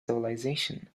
civilization